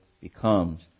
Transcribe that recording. becomes